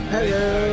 Hello